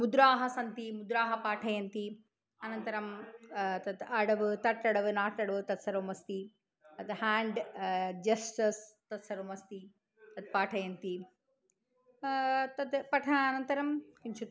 मुद्राः सन्ति मुद्राः पाठयन्ति अनन्तरं तत् अडव् तट्टडव् नाटडव् तत्सर्वम् अस्ति अत हाण्ड् जेस्चस् तत्सर्वमस्ति तत्पाठयन्ति तद् पठनानन्तरं किञ्चित्